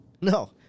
No